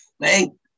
Thank